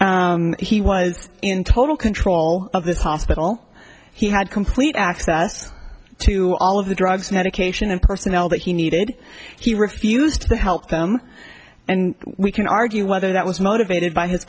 it he was in total control of this hospital he had complete access to all of the drugs medication and personnel that he needed he refused to help them and we can argue whether that was motivated by his